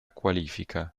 qualifica